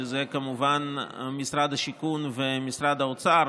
שזה כמובן משרד השיכון ומשרד האוצר,